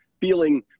feeling